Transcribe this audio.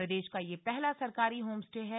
प्रदेश का यह पहला सरकारी होम स्टे है